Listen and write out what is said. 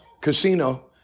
casino